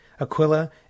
Aquila